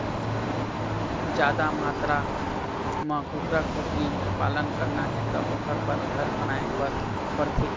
जादा मातरा म कुकरा, कुकरी पालन करना हे त ओखर बर घर बनाए बर परथे